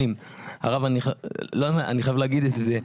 אני חייב להגיד את זה,